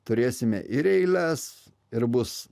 turėsime ir eiles ir bus